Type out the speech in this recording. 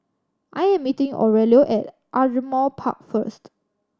I'm meeting Aurelio at Ardmore Park first